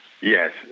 Yes